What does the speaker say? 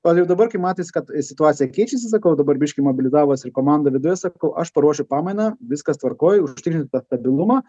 o jau dabar kai matėsi kad situacija keičiasi sakau dabar biškį mobilizavosi ir komandų viduje sakau aš paruošiu pamainą viskas tvarkoj užtikrint tą stabilumą